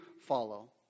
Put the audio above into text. follow